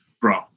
bro